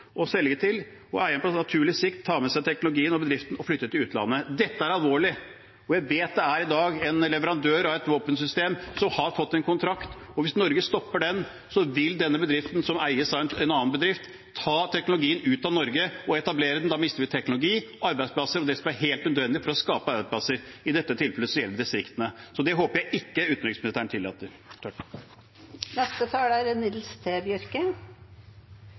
selge til, kan eieren på naturlig sikt ta med seg teknologien og bedriften og flytte til utlandet. Dette er alvorlig. Jeg vet det i dag er en leverandør av et våpensystem som har fått en kontrakt, og hvis Norge stopper den, vil denne bedriften, som eies av en annen bedrift, ta teknologien ut av Norge og etablere den. Da mister vi teknologi, arbeidsplasser og det som er helt nødvendig for å skape arbeidsplasser. I dette tilfellet gjelder det distriktene. Det håper jeg ikke utenriksministeren tillater.